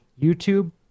YouTube